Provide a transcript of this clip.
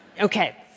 Okay